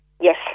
Yes